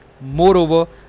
Moreover